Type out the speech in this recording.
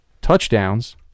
touchdowns